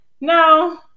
no